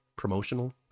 promotional